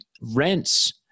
rents